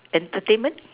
entertainment